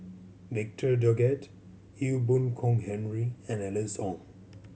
Victor Doggett Ee Boon Kong Henry and Alice Ong